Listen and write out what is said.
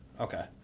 Okay